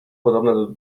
podobne